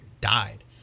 died